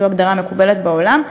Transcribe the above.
זו ההגדרה המקובלת בעולם.